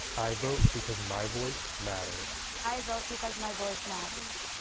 i vote because my voice matters. i vote because my voice matters.